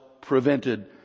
prevented